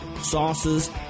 sauces